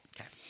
Okay